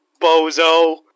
Bozo